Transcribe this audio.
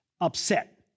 upset